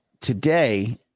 today